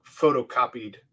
photocopied